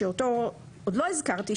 שאותו עוד לא הזכרתי,